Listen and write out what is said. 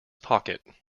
pocket